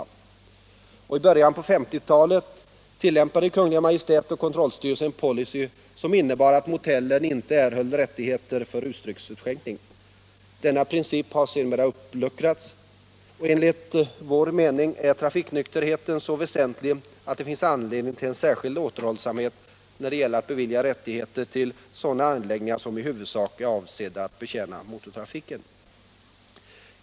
I början av 1950-talet tillämpade Kungl. Maj:t och kontrollstyrelsen en policy som innebar att motellen inte erhöll rättigheter för rusdrycksutskänkning. Denna princip har sedermera uppluckrats. Enligt vår mening är trafiknykterheten så väsentlig, att det finns anledning till särskild återhållsamhet när det gäller att bevilja rättigheter till sådana anläggningar som i huvudsak är avsedda att betjäna motortrafiken.